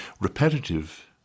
repetitive